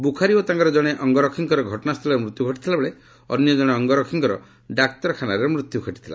ବୃଖାରୀ ଓ ତାଙ୍କର ଜଣେ ଅଙ୍ଗରକ୍ଷୀଙ୍କର ଘଟଣା ସ୍ଥଳରେ ମୃତ୍ୟ ଘଟିଥିବା ବେଳେ ଅନ୍ୟ ଜକଣେ ଅଙ୍ଗରକ୍ଷୀଙ୍କର ଡାକ୍ତରଖାନାରେ ମୃତ୍ୟୁ ଘଟିଥିଲା